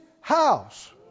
house